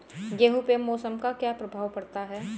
गेहूँ पे मौसम का क्या प्रभाव पड़ता है?